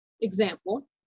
example